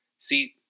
See